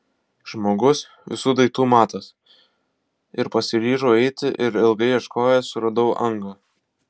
žmogus visų daiktų matas ir pasiryžau eiti ir ilgai ieškojęs suradau angą